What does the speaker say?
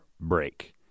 break